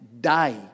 die